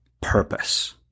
PURPOSE